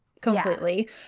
completely